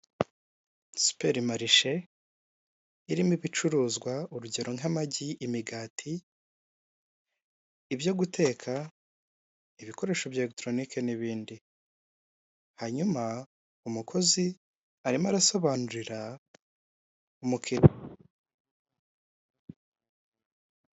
Siperi marishe irimo ibicuruzwa urugero nk'amagi, imigati, ibyo guteka, ibikoresho bya elegitoronike n'ibindi, hanyuma umukozi arimo arasobanurira umukiriya.